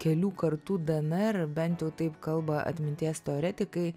kelių kartų dnr bent jau taip kalba atminties teoretikai